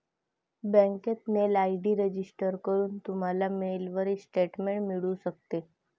बँकेत mail ID register करून, तुम्हाला मेलवर स्टेटमेंट मिळू शकते